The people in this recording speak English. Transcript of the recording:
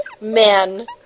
men